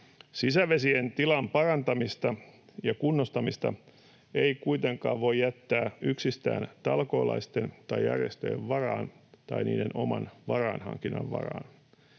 Sisävesien tilan parantamista ja kunnostamista ei kuitenkaan voi jättää yksistään talkoolaisten tai järjestöjen varaan tai niiden oman varainhankinnan varaan.